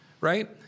right